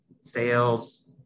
sales